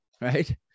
Right